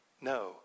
No